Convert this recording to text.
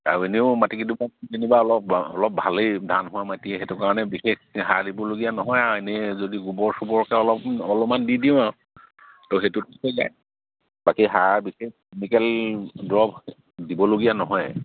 আৰু এনেও মাটিকেইডোবা যেনিবা অলপ অলপ ভালেই ধান হোৱা মাটিয়ে সেইটো কাৰণে বিশেষ সাৰ দিবলগীয়া নহয় আৰু এনেই যদি গোবৰ চোবৰকে অলপ অলপমান দি দিওঁ আৰু ত' সেইটোতে হৈ যায় বাকী সাৰ বিশেষ কেমিকেল দৰৱ দিবলগীয়া নহয়